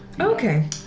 Okay